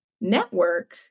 network